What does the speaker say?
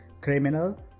criminal